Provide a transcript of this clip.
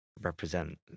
represent